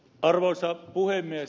arvoisa puhemies